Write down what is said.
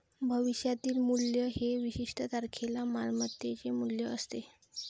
भविष्यातील मूल्य हे विशिष्ट तारखेला मालमत्तेचे मूल्य असते